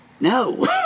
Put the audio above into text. No